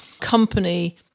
company